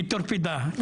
היא טורפדה.